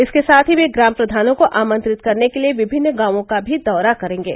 इसके साथ ही वे ग्राम प्रधानों को आमंत्रित करने के लिए विभिन्न गांवों का भी दौरा करेंगे